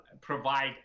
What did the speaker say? provide